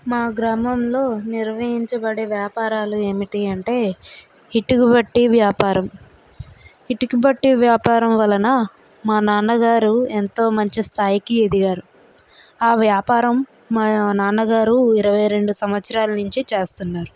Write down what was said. మా గ్రామంలో నిర్వహించబడే వ్యాపారాలు ఏమిటి అంటే ఇటుక బట్టీ వ్యాపారం ఇటుక బట్టీ వ్యాపారం వలన మా నాన్నగారు ఎంతో మంచి స్థాయికి ఎదిగారు ఆ వ్యాపారం మా నాన్నగారు ఇరవై రెండు సంవత్సరాల నుంచి చేస్తున్నారు